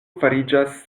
fariĝas